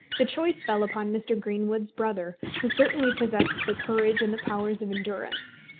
the choice fell upon mr. greenwood's brother, who certainly possessed the courage and the powers of endurance.